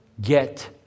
get